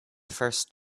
first